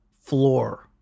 floor